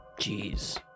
jeez